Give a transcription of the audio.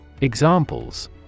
Examples